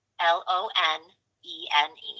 L-O-N-E-N-E